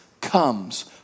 comes